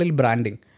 branding